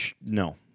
No